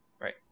Right